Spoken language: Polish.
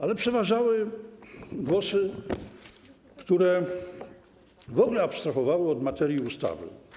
Ale przeważały głosy, które w ogóle abstrahowały od materii ustawy.